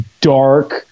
dark